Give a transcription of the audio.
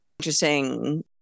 interesting